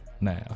now